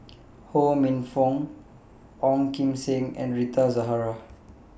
Ho Minfong Ong Kim Seng and Rita Zahara